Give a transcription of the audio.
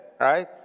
right